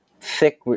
thick